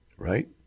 Right